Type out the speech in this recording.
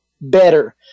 better